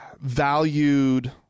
valued